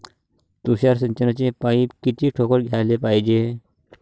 तुषार सिंचनाचे पाइप किती ठोकळ घ्याले पायजे?